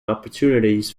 opportunities